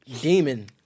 Demon